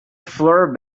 flour